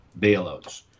bailouts